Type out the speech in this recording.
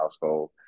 household